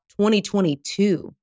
2022